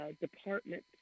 department